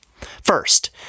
First